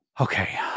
Okay